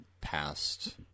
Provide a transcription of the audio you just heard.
past